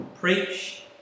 preach